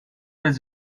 does